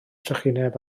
trychineb